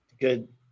good